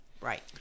Right